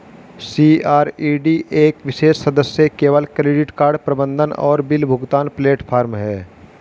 CRED एक विशेष सदस्य केवल क्रेडिट कार्ड प्रबंधन और बिल भुगतान प्लेटफ़ॉर्म है